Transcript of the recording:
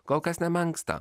kol kas nemenksta